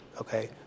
Okay